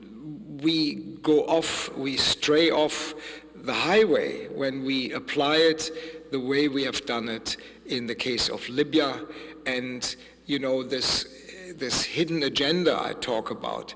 we go off we stray off the highway when we apply it the way we have done it in the case of libya and you know this this hidden agenda i talk about